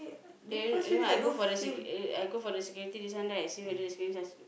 eh you know you know I go for the sec~ I go for the security this one right see whether the security~